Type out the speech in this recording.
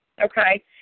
Okay